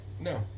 No